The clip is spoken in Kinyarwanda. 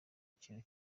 ikintu